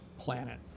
planet